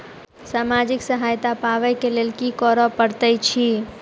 सामाजिक सहायता पाबै केँ लेल की करऽ पड़तै छी?